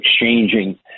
exchanging